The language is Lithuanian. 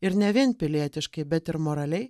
ir ne vien pilietiškai bet ir moraliai